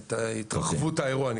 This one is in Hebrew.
את התרחבות האירוע.